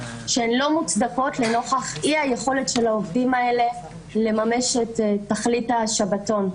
שהן לא מוצדקות לנוכח אי היכולת של העובדים האלה לממש את תכלית השבתון.